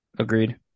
agreed